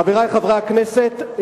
חברי חברי הכנסת,